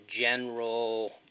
general